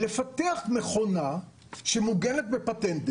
אז לפתח מכונה שמוגנת בפטנט,